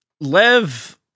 Lev